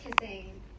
kissing